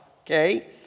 okay